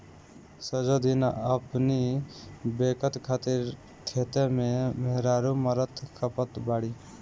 सजो दिन अपनी बेकत खातिर खेते में मेहरारू मरत खपत बाड़ी